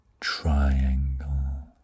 triangle